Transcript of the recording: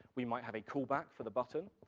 we might have a callback for the button,